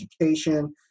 education